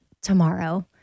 tomorrow